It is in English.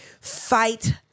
fight